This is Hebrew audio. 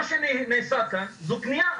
מה שנעשה פה זה כניעה.